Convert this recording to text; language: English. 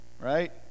right